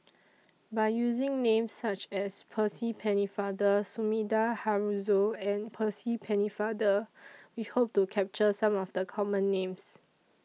By using Names such as Percy Pennefather Sumida Haruzo and Percy Pennefather We Hope to capture Some of The Common Names